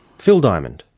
phil diamond.